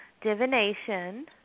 divination